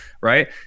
right